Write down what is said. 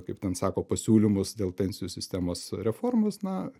kaip ten sako pasiūlymus dėl pensijų sistemos reformos na